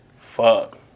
fuck